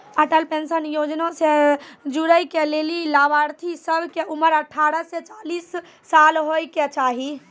Atal pension Yojana से जुड़ै के लेली लाभार्थी सभ के उमर अठारह से चालीस साल होय के चाहि